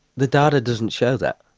the data doesn't show that.